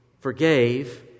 forgave